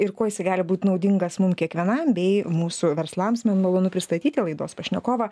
ir kuo jisai gali būt naudingas mum kiekvienam bei mūsų verslams man malonu pristatyti laidos pašnekovą